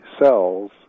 cells